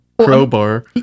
crowbar